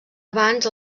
abans